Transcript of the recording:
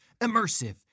Immersive